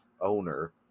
owner